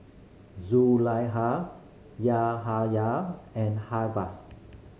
Zulaikha Yahaya and Hafas